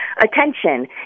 Attention